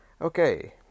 Okay